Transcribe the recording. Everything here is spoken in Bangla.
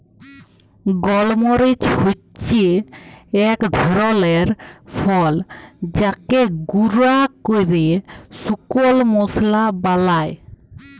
গল মরিচ হচ্যে এক ধরলের ফল যাকে গুঁরা ক্যরে শুকল মশলা বালায়